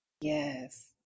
Yes